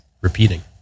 repeating